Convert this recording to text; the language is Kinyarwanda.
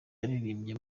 waririmbye